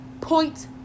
Point